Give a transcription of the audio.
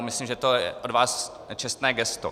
Myslím, že to je od vás čestné gesto.